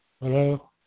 Hello